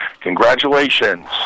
Congratulations